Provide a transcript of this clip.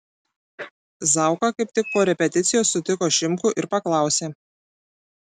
zauka kaip tik po repeticijos sutiko šimkų ir paklausė